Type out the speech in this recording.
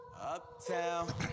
Uptown